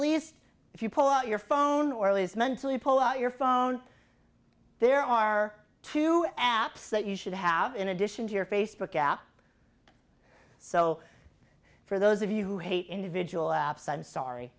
least if you pull out your phone or at least mentally pull out your phone there are two apps that you should have in addition to your facebook app so for those of you who hate individual apps i'm sorry